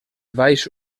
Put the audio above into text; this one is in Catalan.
valls